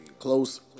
Close